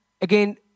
again